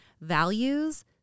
values